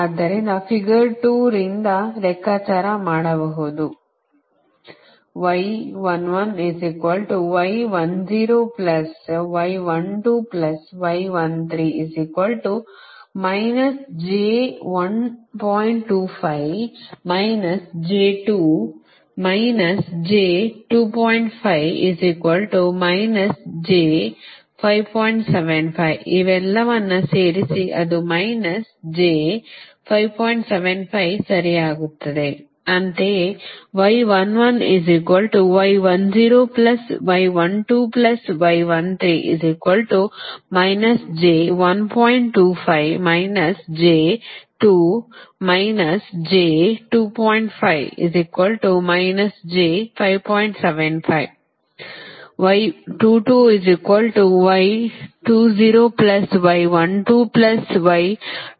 ಆದ್ದರಿಂದ ಫಿಗರ್ 2 ರಿಂದ ಲೆಕ್ಕಾಚಾರ ಮಾಡಬಹುದು ಇವೆಲ್ಲವನ್ನೂ ಸೇರಿಸಿ ಅದು ಮೈನಸ್ j 5